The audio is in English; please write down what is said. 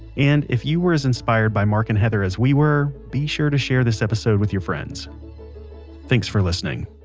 and if you were as inspired by mark and heather as we were, be sure to share this episode with your friends thanks for listening